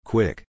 Quick